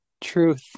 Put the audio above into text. truth